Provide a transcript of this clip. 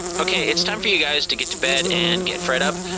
okay. it's time for you guys to get to bed and get fred up.